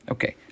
Okay